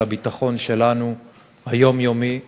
לביטחון היומיומי שלנו.